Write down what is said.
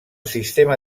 sistema